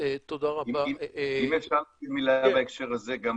אם אפשר להגיד מילה גם בהקשר הזה.